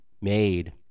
made